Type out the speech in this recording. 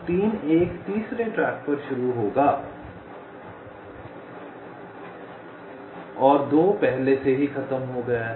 तो 3 एक तीसरे ट्रैक पर शुरू होगा और 2 पहले से ही खत्म हो गया है